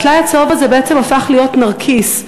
והטלאי הצהוב הזה בעצם הפך להיות נרקיס,